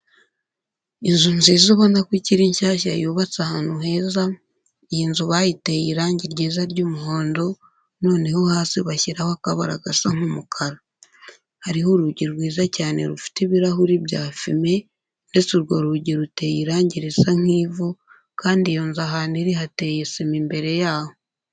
Inzu nziza ubona ko ikiri nshyashya yubatse ahantu heza, iyi nzu bayiteye irangi ryiza ry'umuhondo, noneho hasi bashyiraho akabara gasa nk'umukara. Hariho urugi rwiza cyane rufite ibirahuri bya fime ndetse urwo rugi ruteye irangi risa nk'ivu kandi iyo nzu ahantu iri hateye sima imbere yaho.